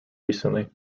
recently